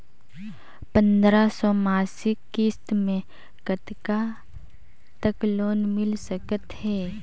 पंद्रह सौ मासिक किस्त मे कतका तक लोन मिल सकत हे?